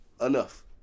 Enough